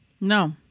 No